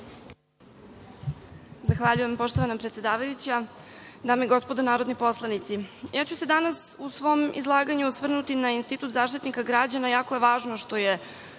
Zahvaljujem, poštovana predsedavajuća. Dame i gospodo narodni poslanici, ja ću se danas u svom izlaganju osvrnuti na institut Zaštitnika građana. Jako je važno što je